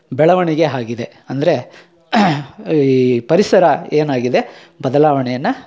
ಬೆಳವಣಿಗೆ ಹಾಗಿದೆ ಅಂದರೆ ಈ ಪರಿಸರ ಏನಾಗಿದೆ ಬದಲಾವಣೆಯನ್ನು